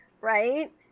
right